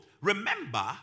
Remember